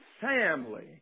family